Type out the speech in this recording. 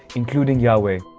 including yahweh.